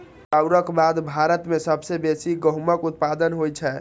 चाउरक बाद भारत मे सबसं बेसी गहूमक उत्पादन होइ छै